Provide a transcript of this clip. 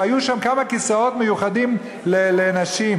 והיו שם כמה כיסאות מיוחדים לנשים,